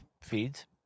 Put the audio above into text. feeds